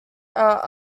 are